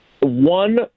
One